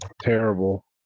terrible